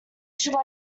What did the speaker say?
should